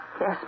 Yes